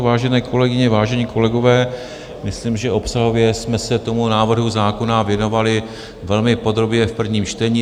Vážené kolegyně, vážení kolegové, myslím, že obsahově jsme se tomu návrhu zákona věnovali velmi podrobně v prvním čtení.